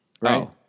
right